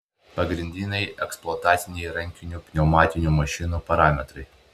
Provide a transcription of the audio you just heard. pagrindiniai eksploataciniai rankinių pneumatinių mašinų parametrai